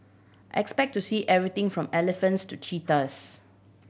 expect to see everything from elephants to cheetahs